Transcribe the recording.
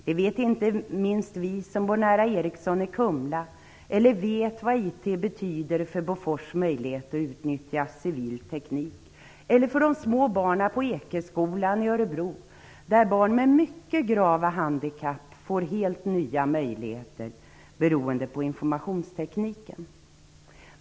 Det vet inte minst vi som bor nära Ericsson i Kumla eller vet vad IT betyder för Bofors möjligheter att utnyttja civil teknik eller för de små barnen för Ekenskolan i Örebro, där barn med mycket grava handikapp får helt nya möjligheter beroende på informationstekniken.